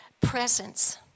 presence